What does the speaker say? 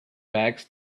bags